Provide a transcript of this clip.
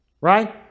Right